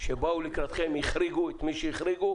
שבאו לקראתכם, החריגו את מי שהחריגו